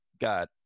got